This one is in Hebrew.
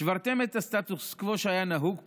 שברתם את הסטטוס קוו שהיה נהוג פה,